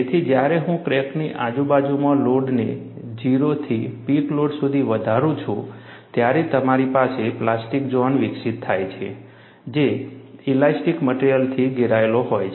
તેથી જ્યારે હું ક્રેકની આજુબાજુમાં લોડને 0 થી પીક લોડ સુધી વધારું છું ત્યારે તમારી પાસે પ્લાસ્ટિક ઝોન વિકસિત થાય છે જે ઇલાસ્ટિક મટેરીઅલથી ઘેરાયેલો હોય છે